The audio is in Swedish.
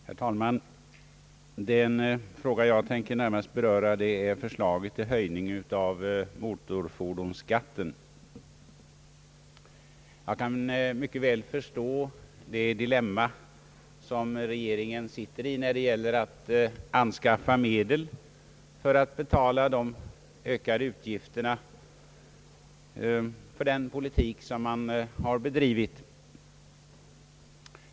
Herr talman! Den fråga jag närmast tänker beröra är förslaget till höjning av motorfordonsskaiten. Jag kan mycket väl förstå det dilemma som regeringen sitter i när det gäller att anskaffa medel för att betala de ökade utgifterna för den politik som man har bedrivit.